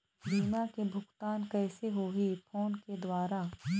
बीमा के भुगतान कइसे होही फ़ोन के द्वारा?